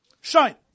shine